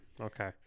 Okay